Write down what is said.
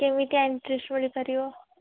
କେମିତିଆ ଇଂଟରେଷ୍ଟ୍ ମିଳିପାରିବ